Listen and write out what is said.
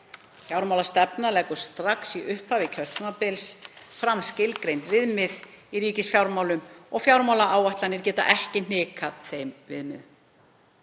Fjármálastefna leggur strax í upphafi kjörtímabils fram skilgreind viðmið í ríkisfjármálum og fjármálaáætlanir geta ekki hnikað þeim viðmiðum.